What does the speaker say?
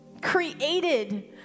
created